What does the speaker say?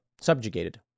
subjugated